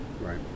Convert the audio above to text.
right